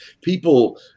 People